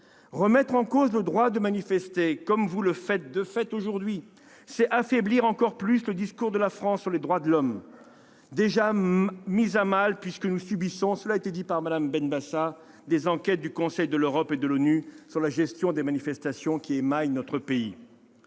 Remettre en cause le droit de manifester, comme vous le faites aujourd'hui, c'est affaiblir encore un peu plus le discours de la France sur les droits de l'homme, déjà mis à mal, puisque nous subissons, comme l'a indiqué Mme Benbassa, des enquêtes du Conseil de l'Europe et de l'ONU sur la gestion des manifestations qui émaillent notre pays.